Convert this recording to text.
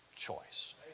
choice